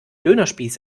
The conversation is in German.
dönerspieß